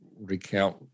recount